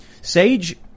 Sage